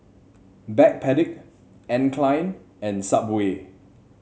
Backpedic Anne Klein and Subway